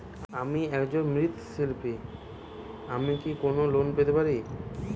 আমি একজন মৃৎ শিল্পী আমি কি কোন লোন পেতে পারি?